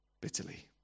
bitterly